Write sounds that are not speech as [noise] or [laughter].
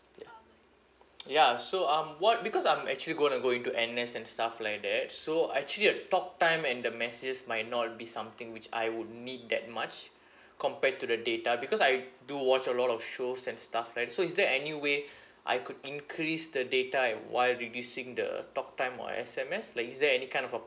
ya [noise] ya so um what because I'm actually gonna go into N_S and stuff like that so actually the talk time and the messages might not be something which I would need that much compared to the data because I do watch a lot of shows and stuff right so is there any way I could increase the data and while reducing the talk time or S_M_S like is there any kind of a